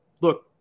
look